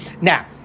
Now